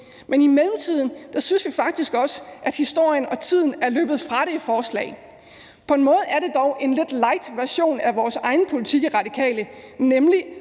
Men i mellemtiden synes vi faktisk også, at historien og tiden er løbet fra det forslag. På en måde er det dog en lidt light version af vores egen politik i Radikale, nemlig